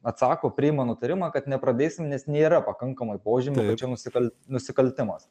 atsako priima nutarimą kad nepradėsim nes nėra pakankamai požymių kad čia nusikal nusikaltimas